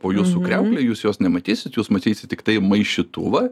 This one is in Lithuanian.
po jūsų kriaukle jūs jos nematysit jus matysit tiktai maišytuvą